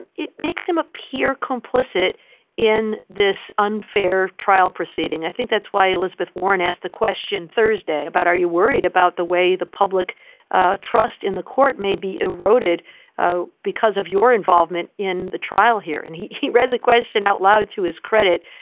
it makes him appear complicit in this unfair trial proceeding. i think that's why elizabeth warren asked the question thursday about are you worried about the way the public ah trust in the court may be eroded ah because of your involvement in the trial here? and he he read the question out loud to his credit.